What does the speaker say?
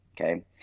Okay